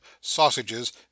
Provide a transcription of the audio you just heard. sausages